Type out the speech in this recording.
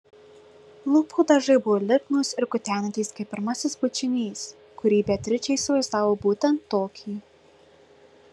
lūpų dažai buvo lipnūs ir kutenantys kaip pirmasis bučinys kurį beatričė įsivaizdavo būtent tokį